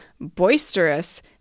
boisterous